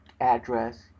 address